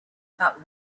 about